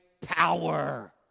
power